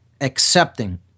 accepting